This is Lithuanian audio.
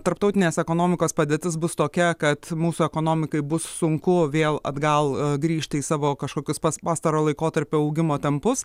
tarptautinės ekonomikos padėtis bus tokia kad mūsų ekonomikai bus sunku vėl atgal grįžti į savo kažkokius pastarojo laikotarpio augimo tempus